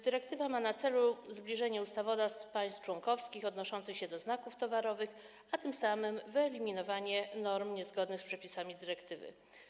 Dyrektywa ma na celu zbliżenie ustawodawstw państw członkowskich odnoszących się do znaków towarowych, a tym samym wyeliminowanie norm niezgodnych z przepisami dyrektywy.